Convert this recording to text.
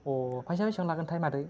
अ फैसाया बेसेबां लागोनथाय मादै